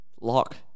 Lock